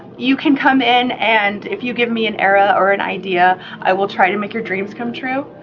you can come in and if you give me an era or an idea i will try to make your dreams come true.